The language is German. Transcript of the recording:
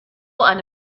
eine